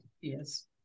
yes